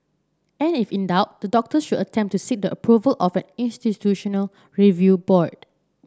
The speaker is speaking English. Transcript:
and if in doubt the doctor should attempt to seek the approval of an institutional review board